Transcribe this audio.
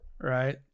Right